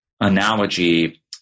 analogy